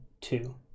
two